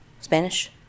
Spanish